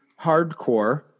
hardcore